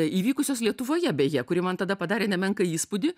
įvykusios lietuvoje beje kuri man tada padarė nemenką įspūdį